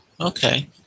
Okay